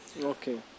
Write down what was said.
Okay